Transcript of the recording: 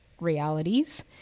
Realities